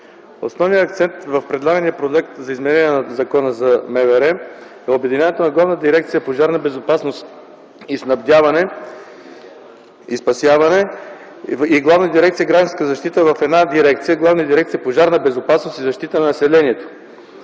Основният акцент в предлагания ЗИД на Закона за МВР е обединяването на Главна дирекция „Пожарна безопасност и спасяване” и Главна дирекция „Гражданска защита” в една Главна дирекция „Пожарна безопасност и защита на населението”,